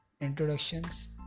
introductions